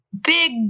big